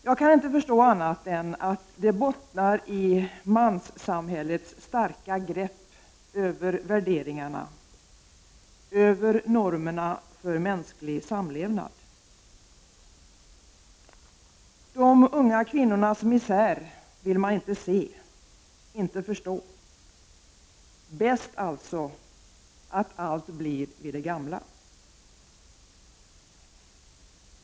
Jag kan inte förstå annat än att det bottnar i manssamhällets starka grepp över värderingarna, över normerna för mänsklig samlevnad. De unga kvinnornas misär vill man inte se, inte förstå. Bäst alltså att allt blir vid det gamla.